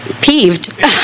peeved